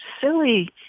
silly